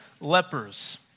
lepers